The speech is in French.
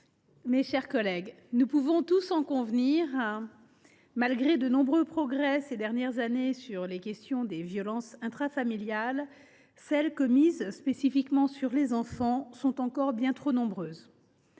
mes chers collègues, nous pouvons tous en convenir, malgré de nombreux progrès accomplis au cours des dernières années au sujet des violences intrafamiliales, les violences commises spécifiquement sur les enfants sont encore bien trop nombreuses.